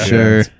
Sure